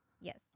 Yes